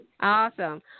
Awesome